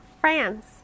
France